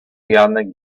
janek